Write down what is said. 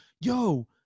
yo